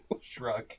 Shrug